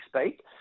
speak